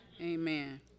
Amen